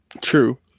True